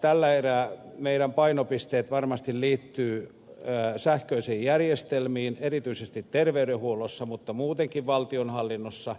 tällä erää meidän painopisteemme varmasti liittyvät sähköisiin järjestelmiin erityisesti terveydenhuollossa mutta muutenkin valtionhallinnossa